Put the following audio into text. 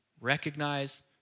recognize